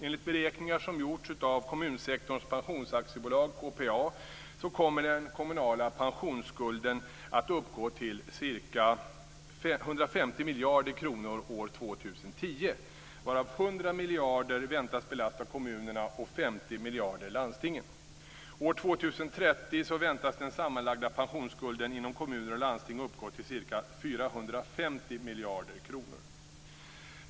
Enligt beräkningar som gjorts av Kommunsektorns Pensions AB, KPA, kommer den kommunala pensionsskulden att uppgå till sammanlagt ca 150 miljarder kronor år 2010, varav 100 miljarder väntas belasta kommunerna och 50 miljarder landstingen. År 2030 väntas den sammanlagda pensionsskulden inom kommuner och landsting uppgå till ca 450 miljarder kronor.